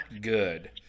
good